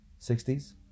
60s